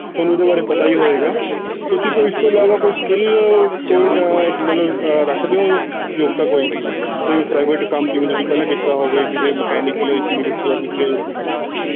ਤੁਹਾਨੂੰ ਇਹਦੇ ਬਾਰੇ ਪਤਾ ਹੀ ਹੋਏਗਾ ਤੁਸੀਂ ਕੋਈ ਇਸ ਤੋਂ ਇਲਾਵਾ ਕੋਈ ਸਕਿੱਲ ਕੋਈ ਮਤਲਬ ਰੱਖਦੇ ਹੋ ਯੋਗਤਾ ਕੋਈ ਕੋਈ ਪ੍ਰਾਈਵੇਟ ਕੰਮ ਜਿਵੇਂ ਤੁਸੀ ਪਹਿਲਾਂ ਕੀਤਾ ਹੋਵੇ ਕਿਸੇ ਮਕੈਨਿਕਲ ਫੀਲਡ 'ਚ ਜਾਂ ਕਿਸੇ